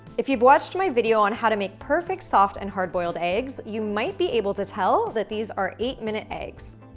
if you've watched my video on how to make perfect, soft and hard-boiled eggs, you might be able to tell that these are eight-minute eggs.